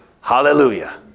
Hallelujah